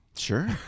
Sure